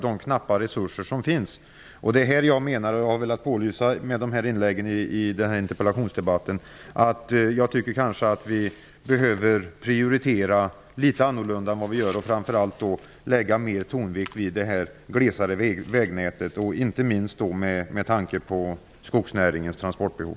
Med mina inlägg i den här interpellationsdebatten har jag velat påvisa att vi behöver prioritera annorlunda än vi gör; framför allt behöver tonvikten mer läggas på det glesare vägnätet, inte minst med tanke på skogsnäringens transportbehov.